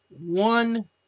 one